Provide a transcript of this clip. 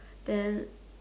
then